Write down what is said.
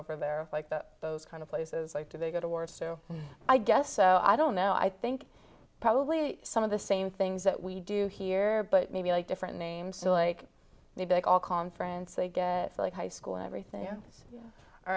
over there like that those kind of places like to they go to war so i guess so i don't know i think probably some of the same things that we do here but maybe like different names to like maybe all conference they get like high school and everything